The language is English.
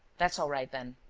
that's all right, then.